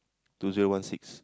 two zero one six